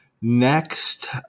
Next